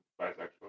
bisexual